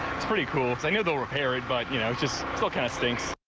it's pretty cool thing of the rick perry, but you know just so kind of stinks.